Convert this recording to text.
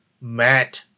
Matt